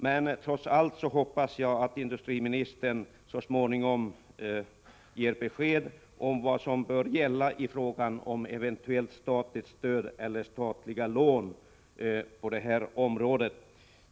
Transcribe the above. Men trots allt hoppas jag att industriministern så småningom ger besked om vad som bör gälla i fråga om ett eventuellt statligt stöd eller lån.